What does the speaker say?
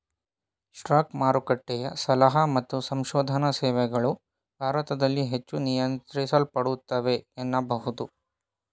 stock ಮಾರುಕಟ್ಟೆಯ ಸಲಹಾ ಮತ್ತು ಸಂಶೋಧನಾ ಸೇವೆಗಳು ಭಾರತದಲ್ಲಿ ಹೆಚ್ಚು ನಿಯಂತ್ರಿಸಲ್ಪಡುತ್ತವೆ ಎನ್ನಬಹುದು